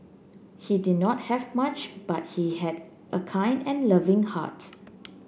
he did not have much but he had a kind and loving heart